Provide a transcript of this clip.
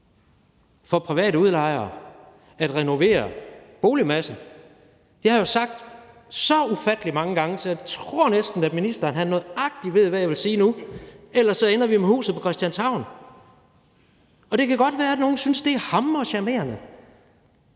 for private udlejere at renovere boligmassen. Det har jeg jo sagt så ufattelig mange gange, at jeg næsten tror, at ministeren ved, nøjagtig hvad jeg vil sige nu: Ellers ender vi med »Huset på Christianshavn«. Og det kan godt være, at nogle synes, det er hamrende charmerende